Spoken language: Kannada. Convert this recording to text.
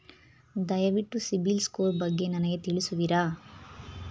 ದಯವಿಟ್ಟು ಸಿಬಿಲ್ ಸ್ಕೋರ್ ಬಗ್ಗೆ ನನಗೆ ತಿಳಿಸುವಿರಾ?